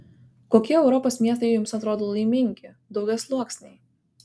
kokie europos miestai jums atrodo laimingi daugiasluoksniai